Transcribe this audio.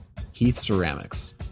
heathceramics